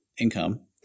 income